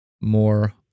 More